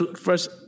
first –